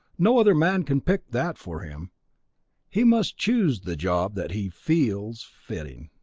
no other man can pick that for him he must choose the job that he feels fitting.